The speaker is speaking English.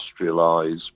industrialize